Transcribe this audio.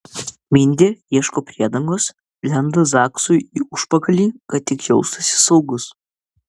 mindė ieško priedangos lenda zaksui į užpakalį kad tik jaustųsi saugus